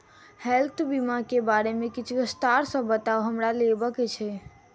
Health बीमा केँ बारे किछ विस्तार सऽ बताउ हमरा लेबऽ केँ छयः?